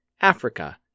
Africa